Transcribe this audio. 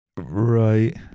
Right